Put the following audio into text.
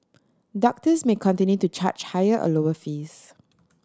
doctors may continue to charge higher or lower fees